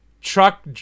truck